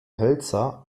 hölzer